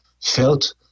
felt